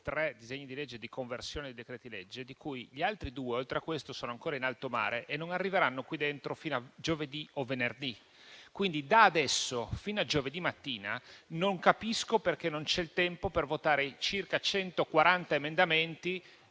tre disegni di legge di conversione dei decreti-legge, due dei quali sono ancora in alto mare e non arriveranno qui in Aula fino a giovedì o venerdì. Quindi, da adesso fino a giovedì mattina non capisco perché non vi sia il tempo per votare i 160 emendamenti